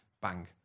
Bang